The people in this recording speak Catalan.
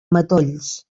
matolls